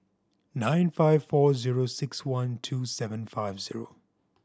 nine five four zero six one two seven five zero